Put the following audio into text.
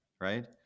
right